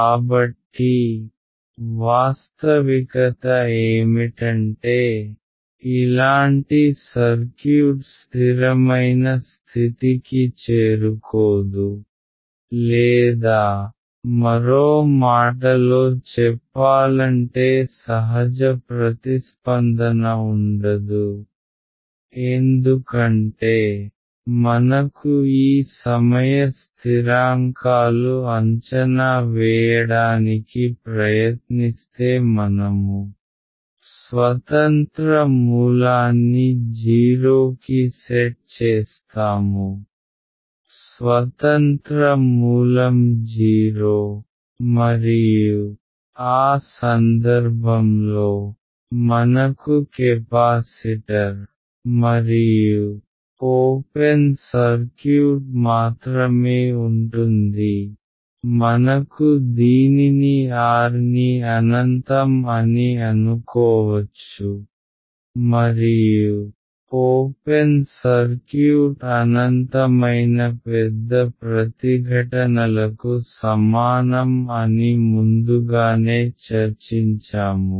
కాబట్టి వాస్తవికత ఏమిటంటే ఇలాంటి సర్క్యూట్ స్ధిరమైన స్థితికి చేరుకోదు లేదా మరో మాటలో చెప్పాలంటే సహజ ప్రతిస్పందన ఉండదు ఎందుకంటే మనకు ఈ సమయ స్థిరాంకాలు అంచనా వేయడానికి ప్రయత్నిస్తే మనము స్వతంత్ర మూలాన్ని 0 కి సెట్ చేస్తాము స్వతంత్ర మూలం 0 మరియు ఆ సందర్భంలో మనకు కెపాసిటర్ మరియు ఓపెన్ సర్క్యూట్ మాత్రమే ఉంటుంది మనకు దీనిని R ని అనంతం అని అనుకోవచ్చు మరియు ఓపెన్ సర్క్యూట్ అనంతమైన పెద్ద ప్రతిఘటనల కు సమానం అని ముందుగానే చర్చించాము